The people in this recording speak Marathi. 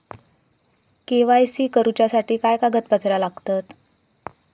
के.वाय.सी करूच्यासाठी काय कागदपत्रा लागतत?